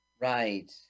Right